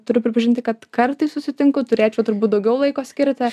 turiu pripažinti kad kartais susitinku turėčiau turbūt daugiau laiko skirti